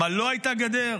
מה, לא הייתה גדר?